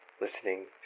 listening